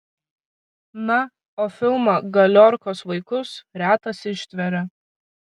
na o filmą galiorkos vaikus retas ištveria